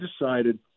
decided